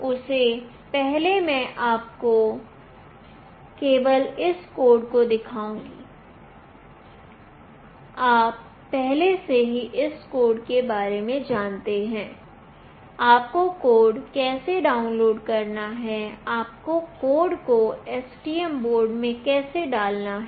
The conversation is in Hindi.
उससे पहले मैं आपको केवल इस कोड को दिखाऊंगी आप पहले से ही इस कोड के बारे में जानते हैं आपको कोड कैसे डाउनलोड करना है आपको कोड को STM बोर्ड में कैसे डालना है